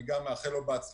אני גם מאחל לו בהצלחה.